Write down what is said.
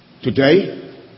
Today